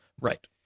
Right